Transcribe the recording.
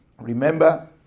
Remember